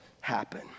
happen